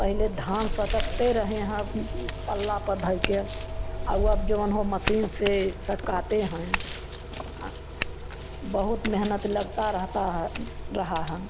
पहले धान सटकते रहे हैं पल्ला पर धइके और अब जौन हो मसीन से सटकाते हैं बहुत मेहनत लगता रहता है रहा है